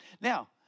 Now